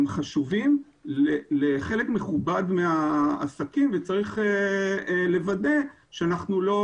הם חשובים לחלק מכובד מהעסקים וצריך לוודא שאנחנו לא